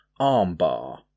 armbar